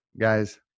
guys